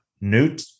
Newt